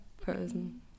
person